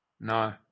No